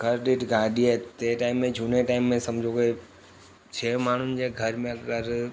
घर ॾेढ गाॾी आहे ते टाइम में झूने टाइम में सम्झो के छह माण्हुनि जे घर में अगरि